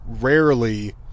rarely